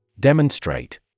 Demonstrate